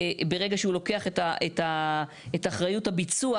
ברגע שהוא לוקח את אחריות הביצוע